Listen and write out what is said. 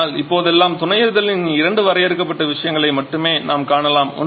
ஆனால் இப்போதெல்லாம் துணை எரிதலின் இரண்டு வரையறுக்கப்பட்ட விஷயங்களை மட்டுமே நாம் காணலாம்